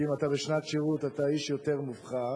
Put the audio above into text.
כי אם אתה בשנת שירות אתה איש יותר מובחר,